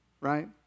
right